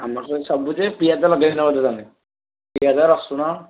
ଆମର ତ ସବୁ ଯେ ପିଆଜ ଲଗାଇନ ବୋଧେ ତୁମେ ପିଆଜ ରସୁଣ